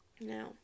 Now